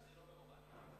מונקאטש זה לא ברומניה?